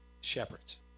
shepherds